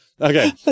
Okay